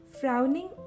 frowning